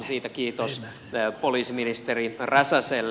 siitä kiitos poliisiministeri räsäselle